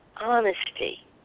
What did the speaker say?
Honesty